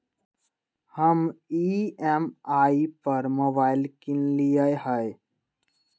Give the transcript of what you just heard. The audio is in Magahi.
हम ई.एम.आई पर मोबाइल किनलियइ ह